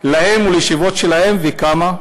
להם ולישיבות שלהם, וכמה?